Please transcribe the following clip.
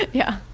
yeah.